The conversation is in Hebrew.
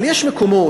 אבל יש מקומות,